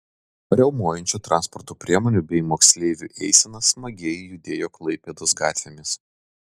riaumojančių transporto priemonių bei moksleivių eisena smagiai judėjo klaipėdos gatvėmis